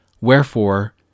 Wherefore